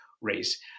race